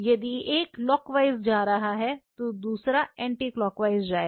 यदि एक क्लॉकवाइज़ जा रहा है तो दूसरा एंटी क्लॉकवाइज़ जाएगा